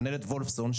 מנהלת וולפסון,